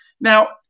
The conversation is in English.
now